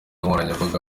nkoranyambaga